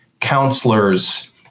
counselors